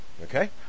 okay